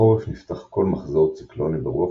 בחורף נפתח כל מחזור ציקלוני ברוח